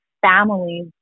families